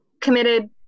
committed